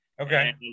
Okay